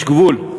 יש גבול.